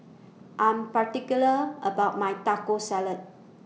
I'm particular about My Taco Salad